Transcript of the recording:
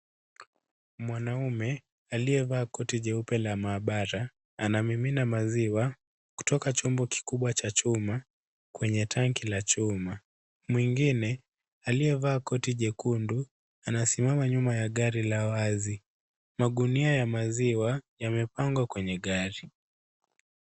Mwanaume aliyevaa koti jeupe la maabara anamimina maziwa kutoka chombo kikubwa cha chuma kwenye tanki la chuma. Mwengine aliyevaa koti jekundu anasimama nyuma ya gari la wazi. Magunia ya maziwa yamepangwa kwenye gari.